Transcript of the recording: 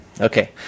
Okay